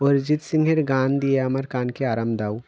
অরিজিৎ সিংয়ের গান দিয়ে আমার কানকে আরাম দাও